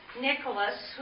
Nicholas